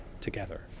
together